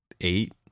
eight